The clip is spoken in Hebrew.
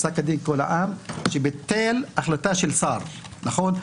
פסק הדין קול העם שביטל החלטה של שר, נכון?